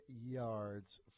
yards